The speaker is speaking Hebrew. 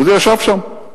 וזה ישב שם.